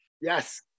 Yes